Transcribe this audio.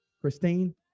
Christine